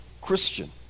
Christian